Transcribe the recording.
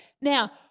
Now